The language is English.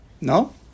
No